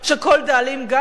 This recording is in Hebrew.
כל דאלים גבר.